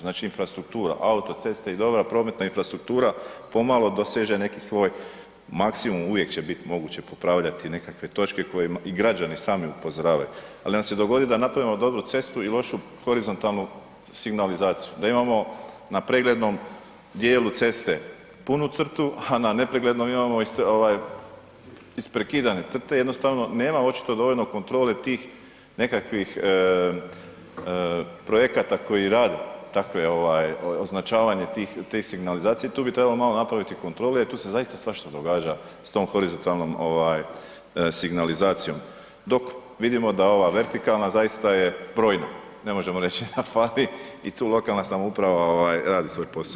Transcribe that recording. Znači, infrastruktura autoceste i dobra prometna infrastruktura pomalo doseže neki svoj maksimum, uvijek će bit moguće popravljati nekakve točke kojima i građani sami upozoravaju, al nam se dogodi da napravimo dobru cestu i lošu horizontalnu signalizaciju, da imamo na preglednom dijelu ceste punu crtu, a na nepreglednom imamo isprekidane crte, jednostavno nema očito dovoljno kontrole tih nekakvih projekata koji rade takve, označavanje tih signalizacija, tu bi trebalo malo napraviti kontrolu jer tu se zaista svašta događa s tom horizontalnom signalizacijom, dok vidimo da ova vertikalna zaista je brojna, ne možemo reći da fali i tu lokalna samouprava radi svoj posao.